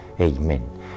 Amen